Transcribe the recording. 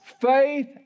faith